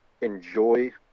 enjoy